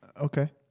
Okay